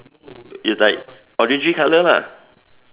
it's like orangey colour lah